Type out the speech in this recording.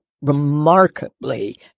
remarkably